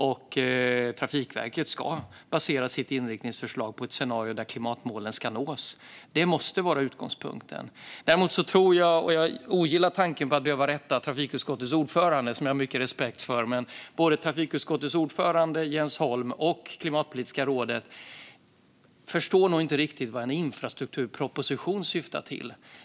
Och Trafikverket ska basera sitt inriktningsförslag på ett scenario där klimatmålen ska nås. Det måste vara utgångspunkten. Jag ogillar tanken på att behöva rätta trafikutskottets ordförande, som jag har mycket respekt för. Men både trafikutskottets ordförande, Jens Holm, och Klimatpolitiska rådet förstår nog inte riktigt vad en infrastrukturproposition syftar till.